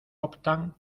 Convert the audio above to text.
optan